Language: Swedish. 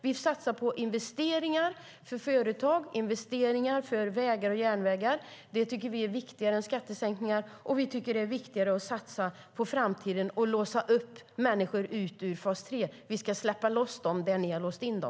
Vi satsar på investeringar för företag och investeringar för vägar och järnvägar. Det tycker vi är viktigare än skattesänkningar. Vi tycker att det är viktigare att satsa på framtiden och låsa upp och släppa ut människor från fas 3 där ni har låst in dem.